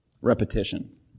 Repetition